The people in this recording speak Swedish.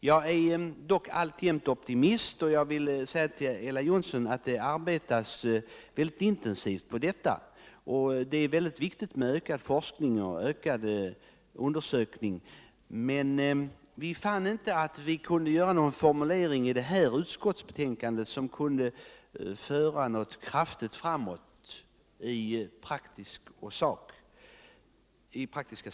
Jag är dock alltjämt optimist och vill säga till Ella Johnsson att det arbetas mycket intensivt på detta. Det är viktigt med ökad forskning, men vi fann att vi inte kunde åstadkomma någon formulering i det här utskottsbetänkandet som rent praktiskt kunde föra det hela framåt särskilt kraftigt.